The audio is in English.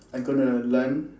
I'm gonna learn